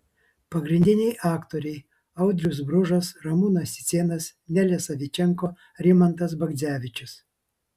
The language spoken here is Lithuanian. pagrindiniai aktoriai audrius bružas ramūnas cicėnas nelė savičenko rimantas bagdzevičius